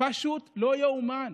פשוט לא יאומן.